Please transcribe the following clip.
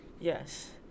Yes